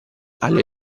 alle